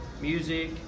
music